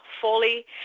fully